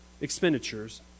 expenditures